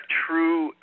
true